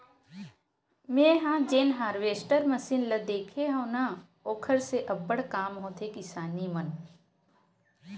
मेंहा जेन harvester machine ल देखे हव न ओखर से अब्बड़ काम होथे किसानी मन